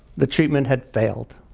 the treatment had failed.